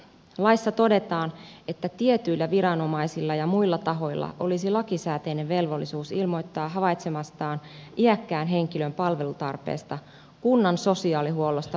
laissa todetaan että tietyillä viranomaisilla ja muilla tahoilla olisi lakisääteinen velvollisuus ilmoittaa havaitsemastaan iäkkään henkilön palvelutarpeesta kunnan sosiaalihuollosta vastaavalle viranomaiselle